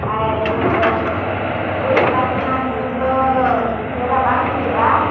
ᱟᱨ ᱤᱭᱟᱹ ᱜᱩᱨᱤᱡ ᱵᱟᱝᱠᱷᱟᱱ ᱫᱚ ᱪᱮᱦᱨᱟ ᱵᱟᱝ ᱦᱩᱭᱩᱜᱼᱟ